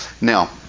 Now